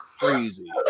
crazy